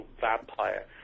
vampire